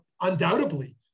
undoubtedly